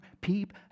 peep